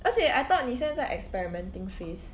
而且 I thought 你现在 experimenting phase